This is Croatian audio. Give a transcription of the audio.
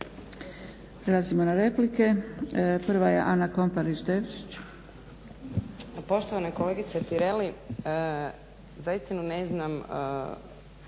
Hvala vam